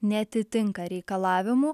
neatitinka reikalavimų